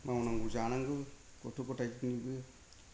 मावनांगौ जानांगौ गथ' गथाइ फिसिनोबो